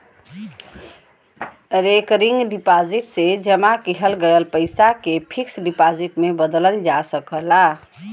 recurring deposit से जमा किहल गयल पइसा के फिक्स डिपाजिट में बदलल जा सकला